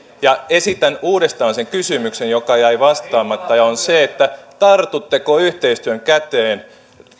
ja esitän uudestaan sen kysymyksen joka jäi vastaamatta se on tartutteko yhteistyön käteen